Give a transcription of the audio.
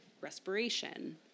respiration